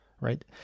right